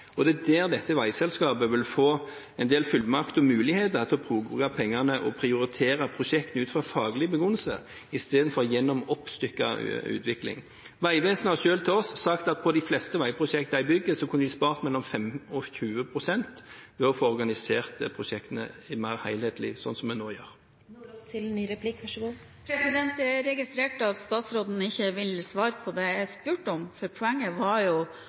Det er her dette veiselskapet vil få en del fullmakter og muligheter til å bruke pengene og prioritere prosjekter ut fra en faglig begrunnelse – i stedet for en oppstykket utvikling. Vegvesenet har selv sagt til oss at i de fleste veiprosjektene de har, kunne de spart mellom 5 og 20 pst. ved å organisere prosjektene mer helhetlig, slik som vi nå gjør. Jeg registrerte at statsråden ikke ville svare på det jeg spurte om. Poenget var jo